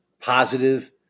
positive